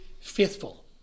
faithful